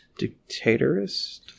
Dictatorist